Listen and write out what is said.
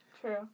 True